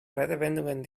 redewendungen